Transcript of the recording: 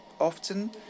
often